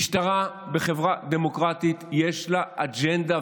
משטרה בחברה דמוקרטית יש לה אג'נדה,